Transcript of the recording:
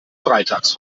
freitags